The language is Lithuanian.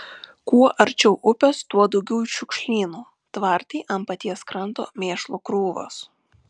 kuo arčiau upės tuo daugiau šiukšlynų tvartai ant paties kranto mėšlo krūvos